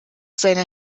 seiner